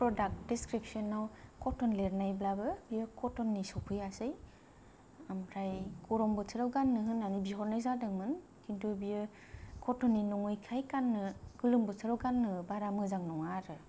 product दिसक्रिबसनाव cotton लिरनायब्लाबो बियो कटननि सफैयासै ओमफ्राय गरम बोथोराव गाननो होननानै बिहरनाय जादोंमोन खिनथु बियो कटननि नङैखाय गान्नो गोलोम बोथोराव गान्नो बारा मोजां नङा आरो